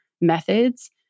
methods